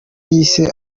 yise